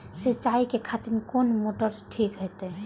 सीचाई खातिर कोन मोटर ठीक होते?